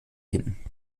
hin